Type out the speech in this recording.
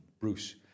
Bruce